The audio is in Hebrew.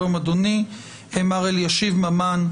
מר אלישיב ממן,